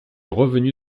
revenu